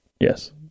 Yes